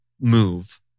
move